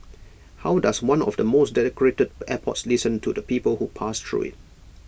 how does one of the most decorated airports listen to the people who pass through IT